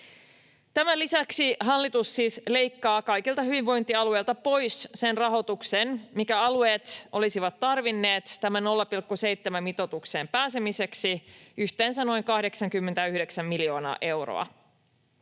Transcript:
Tämän lisäksi hallitus siis leikkaa kaikilta hyvinvointialueilta pois sen rahoituksen, minkä alueet olisivat tarvinneet tähän 0,7:n mitoitukseen pääsemiseksi, yhteensä noin 89 miljoonaa euroa.